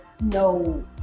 no